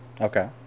Okay